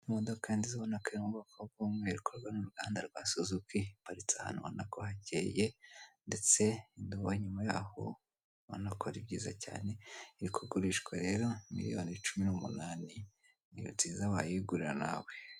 Imodoka nziza ubona ko bw'umwihariko ikorwa n' uruganda rwa suzuki iparitse ahantu ubona ko hakeye ndetse indi nyuma yaho ubana ko ari byiza cyane iri kugurishwa rero miliyoni cumi n'umunani niyo nziza wayigurira nawe.